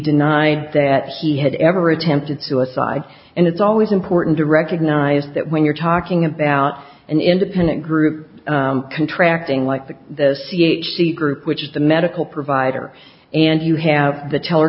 denied that he had ever attempted suicide and it's always important to recognize that when you're talking about an independent group contracting like the c h p group which is the medical provider and you have the teller